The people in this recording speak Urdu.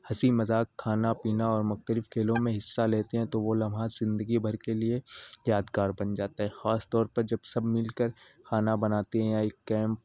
ہنسی مذاق کھانا پینا اور مختلف کھیلوں میں حصہ لیتے ہیں تو وہ لمحات زندگی بھر کے لیے یادگار بن جاتا ہے خاص طور پر جب سب مل کر کھانا بناتے ہیں یا ایک کیمپ